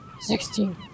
Sixteen